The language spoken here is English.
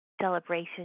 celebration